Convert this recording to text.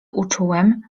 uczułem